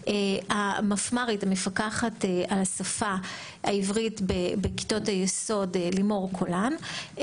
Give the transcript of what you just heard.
המפקחת על השפה העברית בכיתות היסוד לימור קולן,